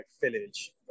village